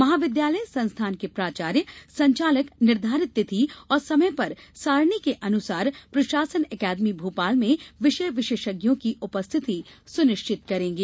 महाविद्यालय संस्थान के प्राचार्य संचालक निर्धारित तिथि और समय पर सारणी के अनुसार प्रशासन अकादमी भोपाल में विषय विशेषज्ञों की उपस्थिति सुनिश्चित करेंगे